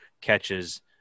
catches